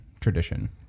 tradition